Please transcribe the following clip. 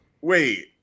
wait